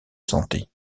santé